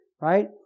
right